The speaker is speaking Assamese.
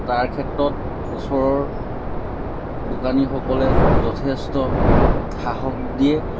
তাৰ ক্ষেত্ৰত ওচৰৰ দোকানীসকলে যথেষ্ট সাহস দিয়ে